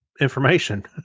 information